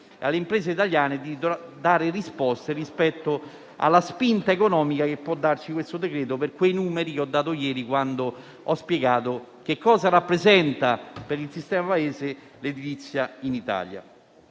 e alle imprese italiane di dare risposte rispetto alla spinta economica che può darci questo decreto, per quei numeri che ho dato ieri, quando ho spiegato che cosa rappresenta l'edilizia per il nostro